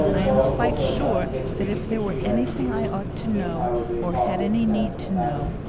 i am quite sure that if there were anything i ought to know or had any need to know,